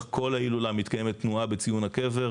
כל ההילולה מתקיימת תנועה בציון הקבר,